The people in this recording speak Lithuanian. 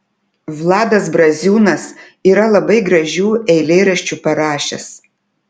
vladas braziūnas yra labai gražių eilėraščių parašęs